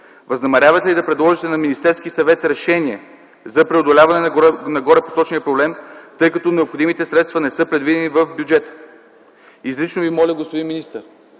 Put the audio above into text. Възнамерявате ли да предложите на Министерския съвет решение за преодоляване на горепосочения проблем, тъй като необходимите средства не са предвидени в бюджета? Изрично Ви моля, господин министър,